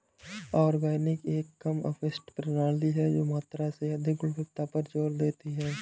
organic एक कम अपशिष्ट प्रणाली है जो मात्रा से अधिक गुणवत्ता पर जोर देती है